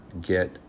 get